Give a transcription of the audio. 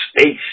space